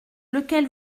lequel